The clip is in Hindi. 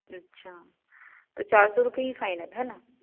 अच्छा तो चार सौ रुपये ही फाइनल है न